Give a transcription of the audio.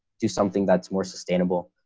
do something that's more sustainable.